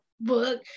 book